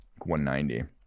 190